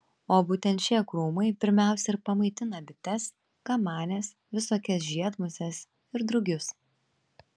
o būtent šie krūmai pirmiausia ir pamaitina bites kamanes visokias žiedmuses ir drugius